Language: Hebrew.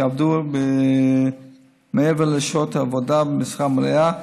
שיעבדו מעבר לשעות העבודה במשרה מלאה,